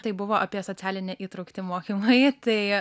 tai buvo apie socialinę įtrauktį mokymai tai